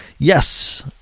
Yes